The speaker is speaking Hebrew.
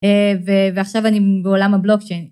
ועכשיו אני בעולם הבלוקצ'יין.